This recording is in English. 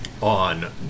on